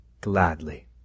gladly